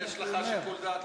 חייב, זה מה שהוא אומר.